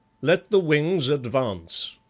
let the wings advance.